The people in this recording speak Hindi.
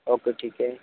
ओके ठीक है